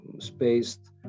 spaced